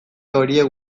horiek